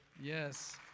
yes